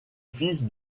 fils